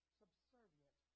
subservient